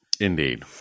Indeed